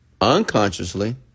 Unconsciously